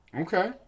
Okay